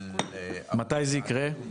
מתי זה יקרה?